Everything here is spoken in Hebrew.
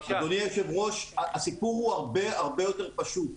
אדוני היושב-ראש, הסיפור הוא הרבה הרבה יותר פשוט,